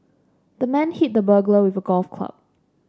the man hit the burglar with a golf club